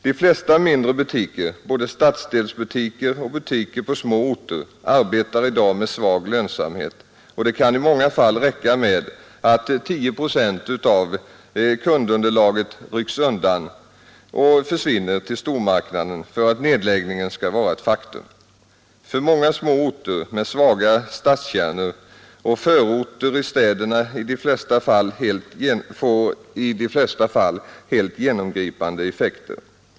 De flesta mindre butiker, både stadsdelsbutiker och butiker på små orter, arbetar i dag med svag lönsamhet, och det kan i många fall räcka med att 10 procent av kundunderlaget rycks undan och försvinner till stormarknaden för att nedläggningen skall vara ett faktum. För många små orter med svaga stadskärnor och förorter i städerna får det i de flesta fall helt genomgripande effekter.